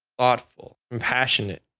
thoughtful and passionate,